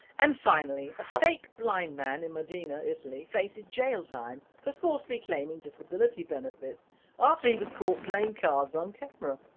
and finally n a fake blind man in modena, italy faces jail time for falsely claiming disability benefits after he was caught playing cards on camera.